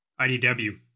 IDW